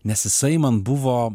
nes jisai man buvo